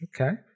Okay